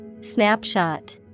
Snapshot